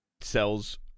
sells